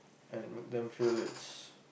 and make them feel it's